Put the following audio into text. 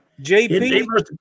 JP